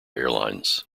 airlines